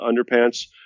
underpants